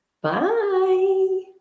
Bye